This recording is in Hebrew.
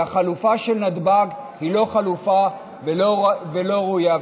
והחלופה של נתב"ג היא לא חלופה ולא ראויה,